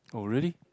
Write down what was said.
oh really